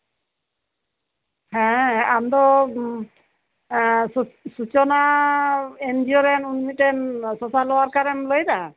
ᱦᱮᱸ ᱟᱢᱫᱚ ᱥᱩᱪᱚᱱᱟ ᱮᱱ ᱡᱤ ᱭᱳ ᱨᱮᱱ ᱢᱤᱫᱴᱮᱱ ᱥᱳᱥᱟᱞ ᱚᱣᱟᱨᱠᱟᱨᱮᱢ ᱞᱟᱹᱭᱫᱟ